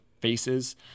faces